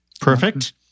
Perfect